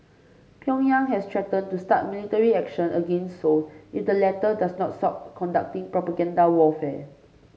Pyongyang has threatened to start military action against Seoul if the latter does not stop conducting propaganda warfare